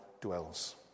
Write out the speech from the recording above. dwells